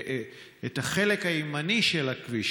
את החלק הימני של הכביש,